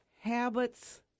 habits